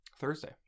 Thursday